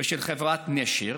של חברת נשר,